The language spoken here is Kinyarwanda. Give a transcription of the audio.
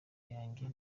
yanjye